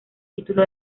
título